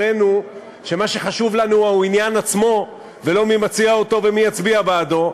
הראינו שמה שחשוב לנו הוא העניין עצמו ולא מי מציע אותו ומי יצביע בעדו,